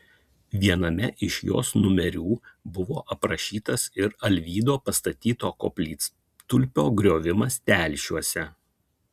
viename iš jos numerių buvo aprašytas ir alvydo pastatyto koplytstulpio griovimas telšiuose